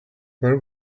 where